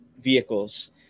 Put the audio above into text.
vehicles